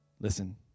Listen